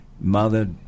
mother